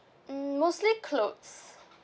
um mostly clothes